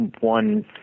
one